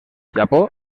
japó